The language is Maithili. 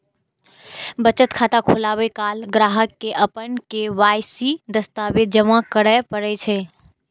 बचत खाता खोलाबै काल ग्राहक कें अपन के.वाई.सी दस्तावेज जमा करय पड़ै छै